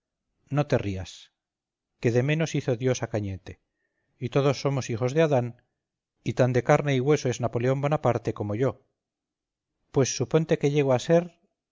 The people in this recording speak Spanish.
no te rías que de menos hizo dios a cañete y todos somos hijos de adam y tan de carne y hueso es napoleón bonaparte como yo pues suponte que llego a ser